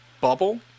bubble